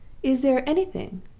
is there anything,